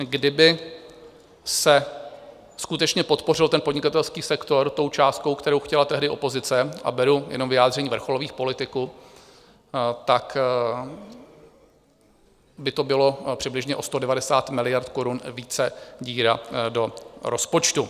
Kdyby se skutečně podpořil podnikatelský sektor částkou, kterou chtěla tehdy opozice, a beru jenom vyjádření vrcholových politiků, tak by to bylo přibližně o 190 miliard korun více díra do rozpočtu.